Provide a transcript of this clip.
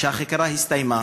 שהחקירה הסתיימה.